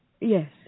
Yes